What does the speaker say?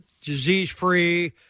disease-free